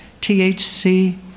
THC